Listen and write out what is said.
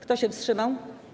Kto się wstrzymał?